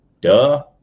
duh